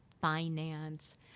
finance